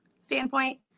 standpoint